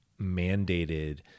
mandated